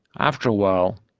after a while,